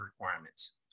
requirements